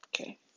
okay